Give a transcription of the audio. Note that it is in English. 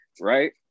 right